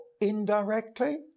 indirectly